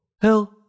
Hell